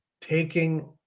taking